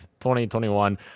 2021